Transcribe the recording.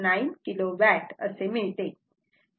0669 kilowatt असे मिळते